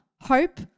hope